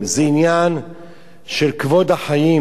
זה עניין של כבוד החיים,